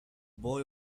boy